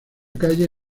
calle